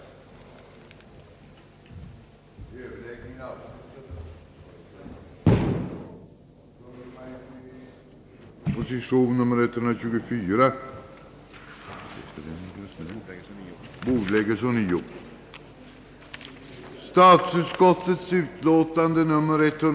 1968, föreslagit riksdagen att dels godkänna vad som föreslagits i statsrådsprotokollet om ändrad metod för prisreglering av vissa beställningsbemyndiganden, dels till Reglering av prisstegringar under begränsade anslag för budgetåret 1968/69 anvisa ett anslag av 200 000 000 kronor.